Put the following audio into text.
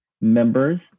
members